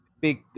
big